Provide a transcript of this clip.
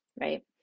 right